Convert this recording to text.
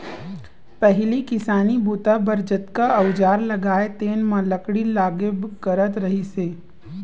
पहिली किसानी बूता बर जतका अउजार लागय तेन म लकड़ी लागबे करत रहिस हे